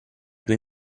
due